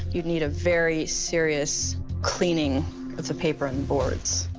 you'd need a very serious cleaning of the paper and the boards.